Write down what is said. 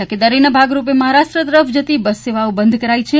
તકેદારીના ભાગરૂપે મહારાષ્ટ્ર તરફ જતી બસ સેવાઓ બંધ કરાઇ છે